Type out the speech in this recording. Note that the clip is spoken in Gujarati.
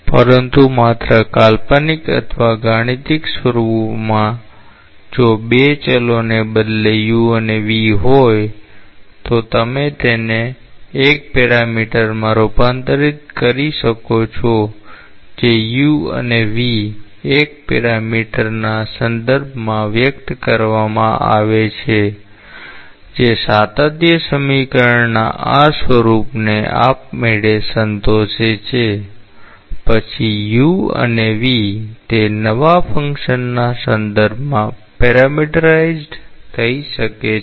પરંતુ માત્ર કાલ્પનિક અથવા ગાણિતિક સ્વરૂપમાં જો 2 ચલોને બદલે u અને v હોય તમે તેને એક પેરામીટરમાં રૂપાંતરિત કરી શકો છો જે u અને v એક પેરામીટરના સંદર્ભમાંમાં વ્યક્ત કરવામાં આવે છે જે સાતત્ય સમીકરણના આ સ્વરૂપને આપમેળે સંતોષે છે પછી u અને v તે નવા ફંક્શનના સંદર્ભમાં પેરામીટરાઇઝડ થઈ શકે છે